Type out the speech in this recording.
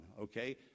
Okay